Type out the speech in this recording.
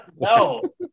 No